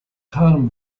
harm